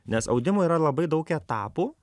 nes audimo yra labai daug etapų